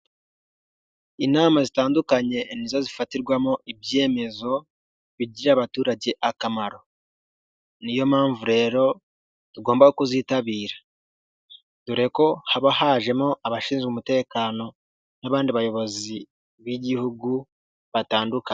Inama zitandukanye nizo zifatirwamo ibyemezo bigirira abaturage akamaro, niyo mpamvu rero tugomba kuzitabira, dore ko haba hajemo abashinzwe umutekano n'abandi bayobozi b'Igihugu batandukanye.